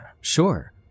sure